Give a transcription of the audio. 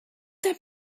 that